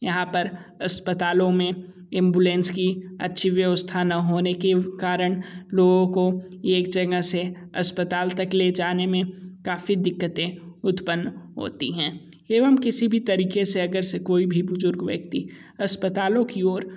यहाँ पर अस्पतालों में एंबुलेंस की अच्छी व्यवस्था न होने के कारण लोगों को एक जगह से अस्पताल तक ले जाने में काफ़ी दिक्कतें उत्पन्न होती हैं एवं किसी भी तरीके से अगर से कोई भी बुजुर्ग व्यक्ति अस्पतालों की ओर